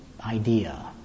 idea